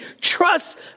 Trust